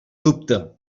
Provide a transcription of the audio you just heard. dubte